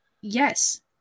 yes